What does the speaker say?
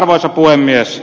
arvoisa puhemies